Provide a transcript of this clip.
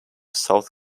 south